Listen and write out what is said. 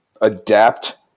adapt